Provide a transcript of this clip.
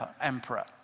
emperor